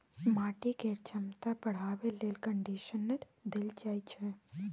माटि केर छमता बढ़ाबे लेल कंडीशनर देल जाइ छै